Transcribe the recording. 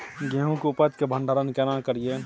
गेहूं के उपज के भंडारन केना करियै?